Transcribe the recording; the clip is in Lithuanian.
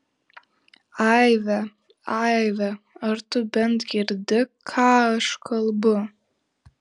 aive aive ar tu bent girdi ką aš kalbu